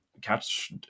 catch